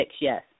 yes